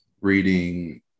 reading